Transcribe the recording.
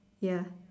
ya